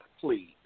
please